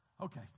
Okay